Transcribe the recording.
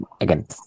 again